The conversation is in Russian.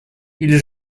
или